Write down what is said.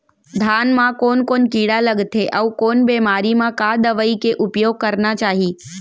धान म कोन कोन कीड़ा लगथे अऊ कोन बेमारी म का दवई के उपयोग करना चाही?